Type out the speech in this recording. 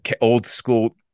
old-school